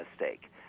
mistake